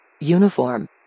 Uniform